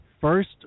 First